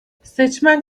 seçmen